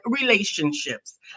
relationships